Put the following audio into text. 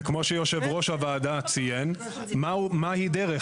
וכמו שיושב-ראש הוועדה ציין, מהי "דרך"?